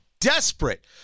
desperate